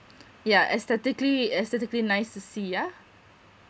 yeah aesthetically aesthetically nice to see yeah